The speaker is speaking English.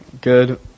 Good